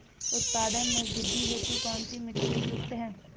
उत्पादन में वृद्धि हेतु कौन सी मिट्टी उपयुक्त है?